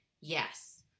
yes